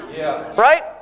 Right